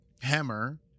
Hammer